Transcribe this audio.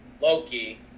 Loki